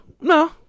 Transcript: no